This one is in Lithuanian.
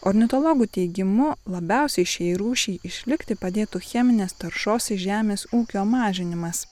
ornitologų teigimu labiausiai šiai rūšiai išlikti padėtų cheminės taršos iš žemės ūkio mažinimas